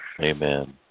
Amen